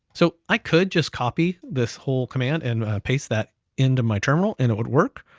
so i could just copy this whole command, and paste that into my terminal, and it would work.